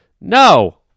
No